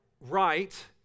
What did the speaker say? right